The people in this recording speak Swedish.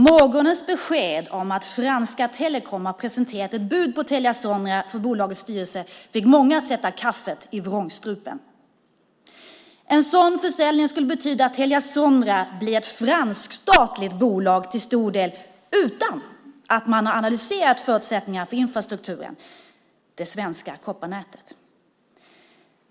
Morgonens besked om att France Telecom har presenterat ett bud på Telia Sonera för bolagets styrelse fick många att sätta kaffet i vrångstrupen. En sådan försäljning skulle betyda att Telia Sonera blir ett franskstatligt bolag till stor del, utan att man har analyserat förutsättningarna för infrastrukturen, det svenska kopparnätet.